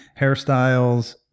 hairstyles